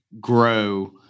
grow